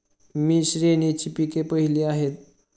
मी श्रेणीची पिके पाहिली आहेत